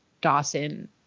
Dawson